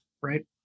right